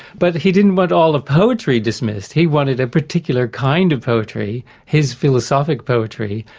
but he didn't want all of poetry dismissed. he wanted a particular kind of poetry, his philosophic poetry,